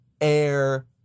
air